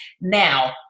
now